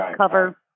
cover